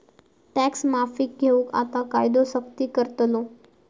tax माफीक घेऊन आता कायदो सख्ती करतलो